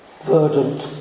verdant